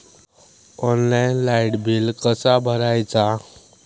Online light bill कसा भरायचा?